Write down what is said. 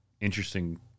interesting